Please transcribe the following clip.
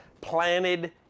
Planted